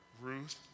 Ruth